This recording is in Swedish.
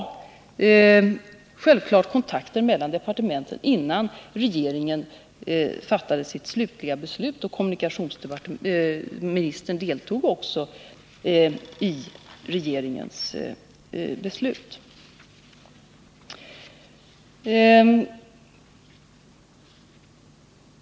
Självfallet förekom det kontakter mellan departementen innan regeringen fattade sitt slutliga beslut, och kommunikationsministern deltog också i regeringens beslut.